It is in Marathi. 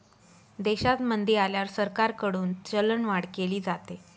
देशात मंदी आल्यावर सरकारकडून चलनवाढ केली जाते